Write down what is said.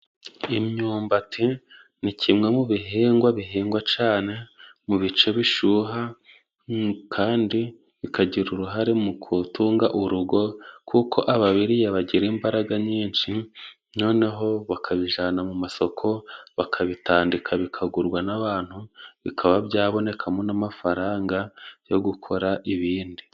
Imyumbati ni kimwe mu bihingwa bihingwa cane mu bice bishuha kandi bikagira uruhare mu gutunga urugo, kuko ababirya bagira imbaraga nyinshi, noneho bakabijana mu masoko bakabitandika bikagurwa n'abantu. Bikaba byabonekamo n'amafaranga yo gukora ibindi.